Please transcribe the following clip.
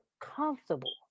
comfortable